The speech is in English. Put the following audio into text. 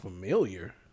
familiar